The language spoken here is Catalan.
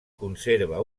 conserva